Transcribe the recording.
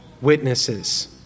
witnesses